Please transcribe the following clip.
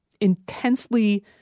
intensely